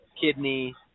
kidney